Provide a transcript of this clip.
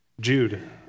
Jude